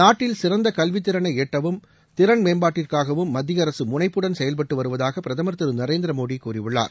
நாட்டில் சிறந்த கல்வி திறனை எட்டவும் திறன் மேம்பாட்டிற்காகவும் மத்திய அரசு முனைப்புடன் செயல்பட்டு வருவதாக பிரதமர் திரு நரேந்திர மோடி கூறியுள்ளார்